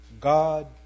God